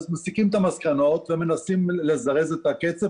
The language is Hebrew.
אז מסיקים את המסקנות ומנסים לזרז את הקצב,